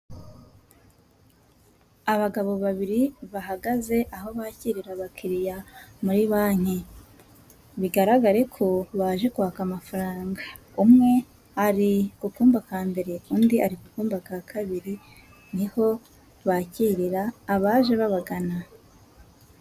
Abagabo babiri bahagaze aho bakirira abakiriya muri banki bigaragare ko baje kwaka amafaranga, umwe ari ku kumba ka mbere undi ari ku kumba ka kabiri, niho bakirira abaje babagana.